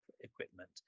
equipment